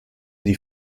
die